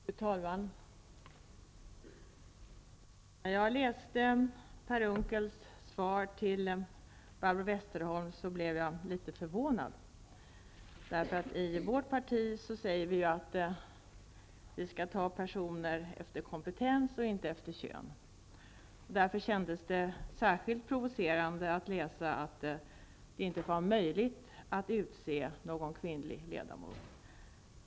Fru talman! När jag läste Per Unckels svar till Barbro Westerholm blev jag litet förvånad. I vårt parti säger vi att personer skall tillsättas efter kompetens och inte efter kön. Därför kändes det särskilt provocerande att läsa att det inte var möjligt att utse någon kvinnlig ledamot.